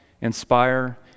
inspire